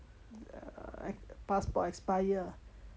uh i~ passport expire